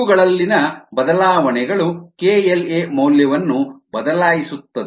ಇವುಗಳಲ್ಲಿನ ಬದಲಾವಣೆಗಳು kLa ಮೌಲ್ಯವನ್ನು ಬದಲಾಯಿಸುತ್ತದೆ